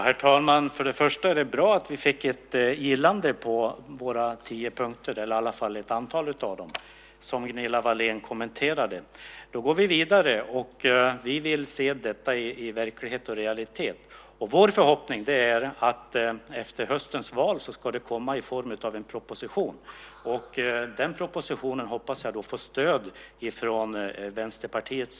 Herr talman! Det är bra att vi fick ett gillande av ett antal av våra tio punkter som Gunilla Wahlén kommenterade. Då går vi vidare. Vi vill se detta i verklighet och realitet. Det är vår förhoppning att detta ska komma i form av en proposition efter höstens val. Jag hoppas att den propositionen då får stöd från Vänsterpartiet.